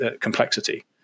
complexity